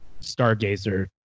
Stargazer